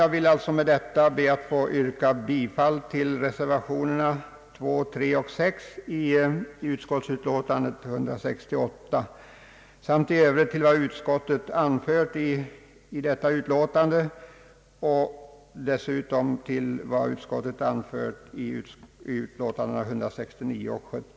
Jag ber att med detta få yrka bifall till reservationerna 2, 3 och 6 vid utskottets utlåtande nr 168 samt i övrigt till vad utskottet i detta utlåtande anfört.